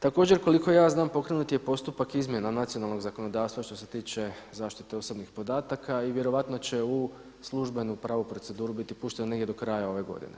Također koliko ja znam pokrenut je i postupak izmjena od nacionalnog zakonodavstva što se tiče zaštite osobnih podataka i vjerojatno će u službenu pravu proceduru biti pušten negdje do kraja ove godine.